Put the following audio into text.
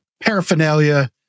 paraphernalia